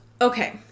okay